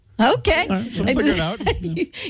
Okay